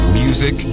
music